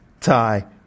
tie